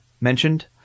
mentioned